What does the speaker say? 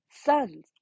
sons